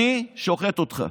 אני שוחט אותך,